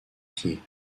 pieds